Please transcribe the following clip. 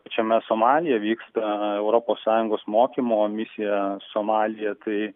pačiame somalyje vyksta europos sąjungos mokymo misijoje somalyje tai